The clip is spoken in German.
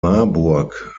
marburg